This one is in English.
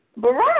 Barack